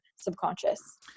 subconscious